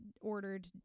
ordered